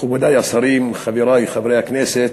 מכובדי השרים, חברי חברי הכנסת,